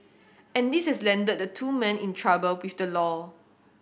and this has landed the two men in trouble with the law